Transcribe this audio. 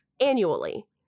annually